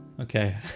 Okay